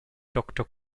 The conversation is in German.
doctor